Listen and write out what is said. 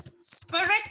spirit